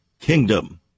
kingdom